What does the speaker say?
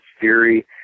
theory